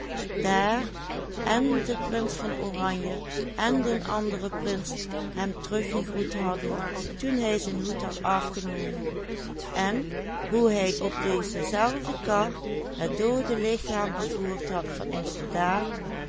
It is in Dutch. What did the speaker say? hem teruggegroet hadden toen hij zijn hoed had afgenomen en hoe hij op deze zelfde kar het doode lichaam vervoerd had van een soldaat